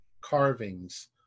carvings